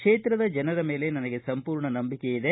ಕ್ಷೇತ್ರದ ಜನರ ಮೇಲೆ ನನಗೆ ಸಂಪೂರ್ಣ ನಂಬಿಕೆಯಿದೆ